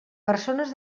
persones